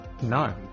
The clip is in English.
No